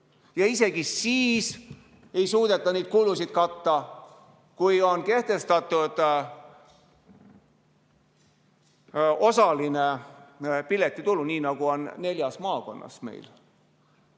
Ja isegi siis ei suudeta neid kulusid katta, kui on kehtestatud osaline piletitulu, nii nagu on meil neljas maakonnas.